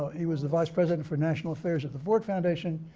he was the vice president for national affairs at the ford foundation.